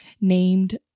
named